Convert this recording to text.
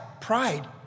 pride